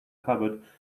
covered